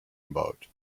about